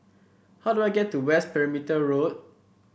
how do I get to West Perimeter Road